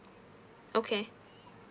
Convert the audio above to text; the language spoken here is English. okay